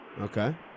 Okay